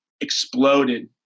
exploded